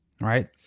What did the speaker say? right